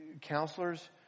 counselors